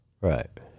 Right